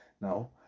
now